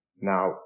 Now